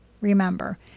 Remember